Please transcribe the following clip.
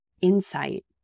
insight